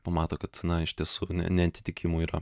pamato kad na iš tiesų neatitikimų yra